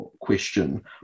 question